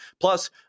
Plus